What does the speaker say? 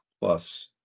Plus